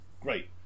great